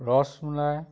rasmalai